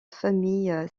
famille